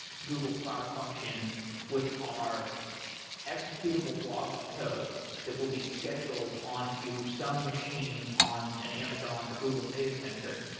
google cloud functions, which are executable blobs of code that will be scheduled onto some machine on an amazon or google data center.